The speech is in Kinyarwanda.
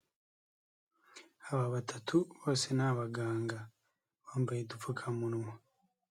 Aba batatu bose ni abaganga, bambaye udupfukamunwa.